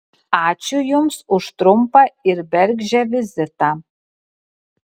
ačiū jums už trumpą ir bergždžią vizitą